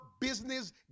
business